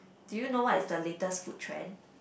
do you know what is the latest food trend